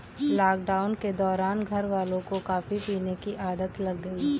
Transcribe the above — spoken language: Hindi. लॉकडाउन के दौरान घरवालों को कॉफी पीने की आदत लग गई